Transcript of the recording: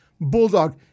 bulldog